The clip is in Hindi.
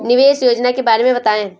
निवेश योजना के बारे में बताएँ?